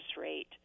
rate